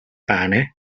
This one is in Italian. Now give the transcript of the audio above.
pane